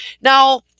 Now